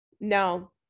No